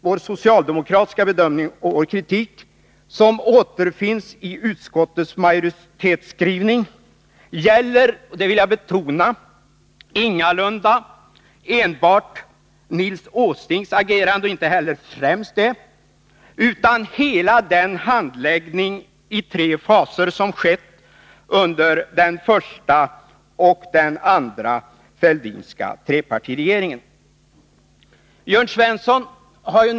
Vår socialdemokratiska bedömning och kritik, som återfinns i utskottets majoritetsskrivning, gäller — det vill jag betona — ingalunda enbart Nils Åslings agerande och inte heller främst det, utan hela den handläggning i tre faser som har skett under den första och den andra Fälldinska trepartiregeringen.